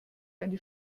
eine